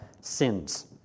sins